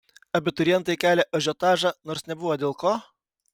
abiturientai kelią ažiotažą nors nebuvo dėl ko